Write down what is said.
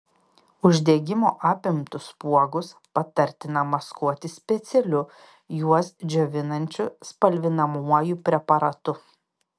uždegimo apimtus spuogus patartina maskuoti specialiu juos džiovinančiu spalvinamuoju preparatu